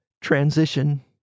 transition